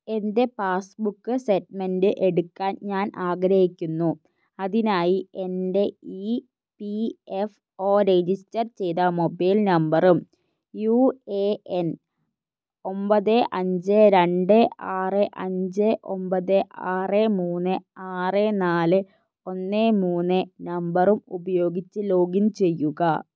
എൻ്റെ passbook statement എടുക്കാൻ ഞാൻ ആഗ്രഹിക്കുന്നു അതിനായി എൻ്റെ E P F O register ചെയ്ത മൊബൈൽ നമ്പറും യു എ എൻ ഒൻപത് അഞ്ച് രണ്ട് ആറ് അഞ്ച് ഒൻപത് ആറ് മൂന്ന് ആറ് നാല് ഒന്ന് മൂന്ന് നമ്പറും ഉപയോഗിച്ച് ലോഗിൻ ചെയ്യുക